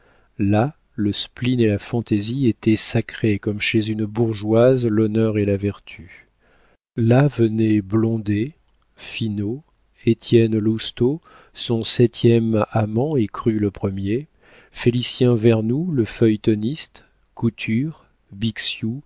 là le spleen et la fantaisie étaient sacrés comme chez une bourgeoise l'honneur et la vertu là venaient blondet finot étienne lousteau son septième amant et cru le premier félicien vernou le feuilletoniste couture